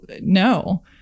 no